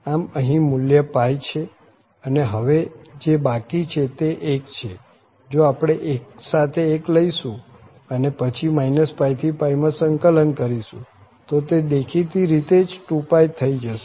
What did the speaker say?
આમ અહીં મુલ્ય છે અને હવે જે બાકી છે તે 1 છે જો આપણે 1 સાથે 1 લઈશું અને પછી -π થી માં સંકલન કરીશું તો તે દેખીતી રીતે જ 2π થઇ જશે